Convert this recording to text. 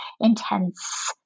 intense